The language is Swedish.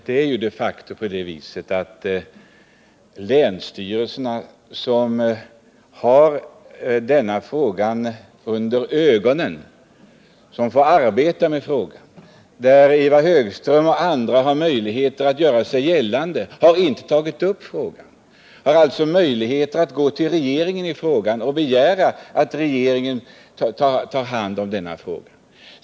Herr talman! Länsstyrelserna, som har denna fråga under ögonen och som arbetar med den, har de facto inte tagit upp den. I länsstyrelserna har Ivar Högström och andra möjligheter att göra sig gällande. Länsstyrelserna har möjlighet att gå till regeringen och begära att den tar hand om denna fråga.